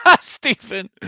Stephen